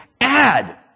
add